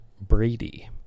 Brady